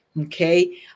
okay